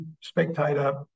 spectator